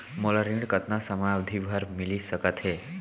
मोला ऋण कतना समयावधि भर मिलिस सकत हे?